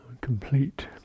Complete